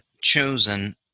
chosen